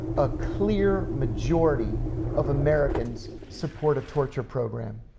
a clear majority of americans support a torture program.